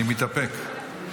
גלעד קריב (העבודה):